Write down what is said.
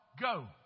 go